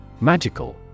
Magical